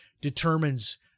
determines